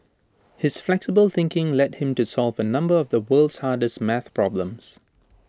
his flexible thinking led him to solve A number of the world's hardest math problems